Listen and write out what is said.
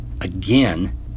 again